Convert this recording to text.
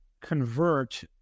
convert